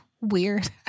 weird